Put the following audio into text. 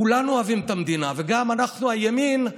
כולנו אוהבים את המדינה, וגם אנחנו, הימין,